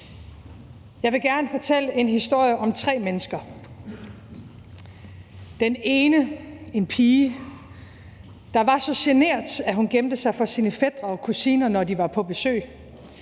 Jeg vil gerne fortælle tre historier om tre mennesker. Den ene er om en pige, der var så genert, at hun gemte sig for sine fætre og kusiner, når de var på besøg,